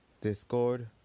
Discord